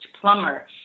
plumber